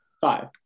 Five